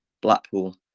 Blackpool